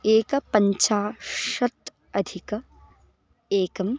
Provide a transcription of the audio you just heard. एकपञ्चाशत् अधिक एकम्